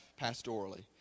pastorally